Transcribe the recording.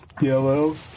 yellow